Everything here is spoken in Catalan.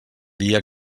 dia